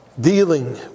dealing